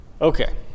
Okay